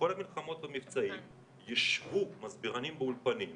בכל המלחמות והמבצעים ישבו מסבירנים באולפנים,